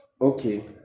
Okay